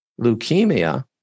leukemia